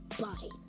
Bye